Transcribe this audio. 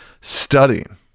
studying